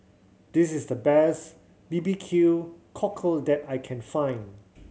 this is the best B B Q Cockle that I can find